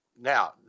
now